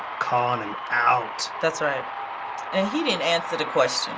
calling him out. that's right and he didn't answer the question.